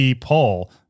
poll